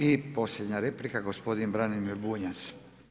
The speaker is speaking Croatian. I posljednja replika gospodin Branimir Bunjac.